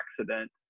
accident